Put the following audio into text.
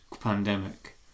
pandemic